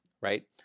right